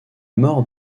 mort